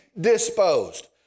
disposed